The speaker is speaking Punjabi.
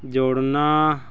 ਜੋੜਨਾ